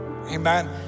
amen